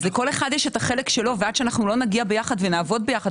לכל אחד יש החלק שלו ועד שלא נגיע יחד ונעבוד יחד,